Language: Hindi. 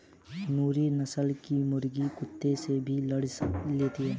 नूरी नस्ल की मुर्गी कुत्तों से भी लड़ लेती है